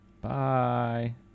Bye